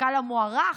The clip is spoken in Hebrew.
המפכ"ל המוערך,